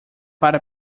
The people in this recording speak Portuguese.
para